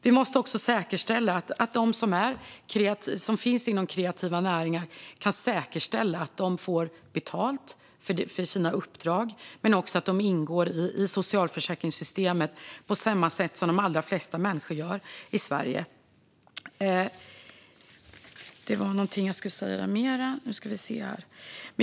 Vi måste säkerställa att de som finns inom kreativa näringar inte bara kan få betalt för sina uppdrag utan även ingår i socialförsäkringssystemet på samma sätt som de allra flesta människor i Sverige gör.